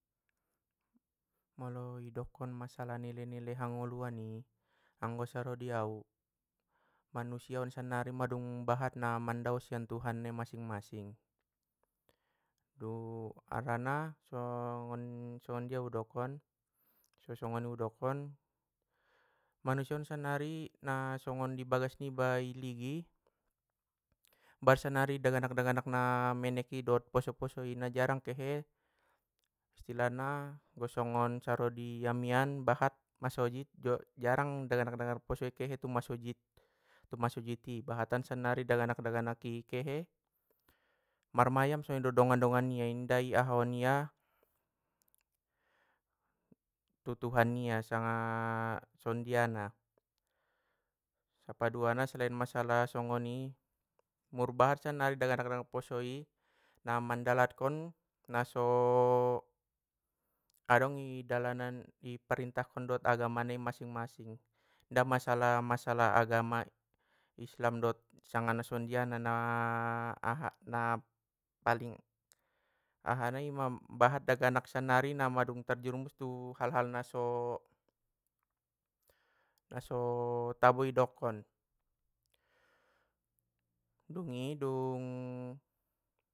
Molo idokon masalah nilai nilai hangoluan i, anggo saro di au, manusiaon sannari mandung bahat na mandao sian tuhanna masing masing, harana so ngondia udokon, so songoni udokon, manusiaon sannari na songon nai bagas niba i ligi! Bahat sannari daganak daganak na meneki dot poso poso i na jarang kehe, istilahna anggo songon saro di amian bahat masojid jo- jarang daganak daganak naposo i kehe tu masojid, tu masojidi bahatan sannari daganak daganaki kehe, marmayam songgoni dohot dongan dongan nia inda i ahaon ia, tu tuhan nia sanga songondiana. Sapaduana selain masalah songon, murbahat sannari daganak daganak naposoi, na mandalatkon naso adong i dalanan i parittahkon dot agama nai masing masing, inda masalah masalah agama islam dot sanga na songgondiana na aha, na paling ahana ima bahat daganak sannari na madung tarjerumus tu hal hal naso naso tabo idokon, dungi dung.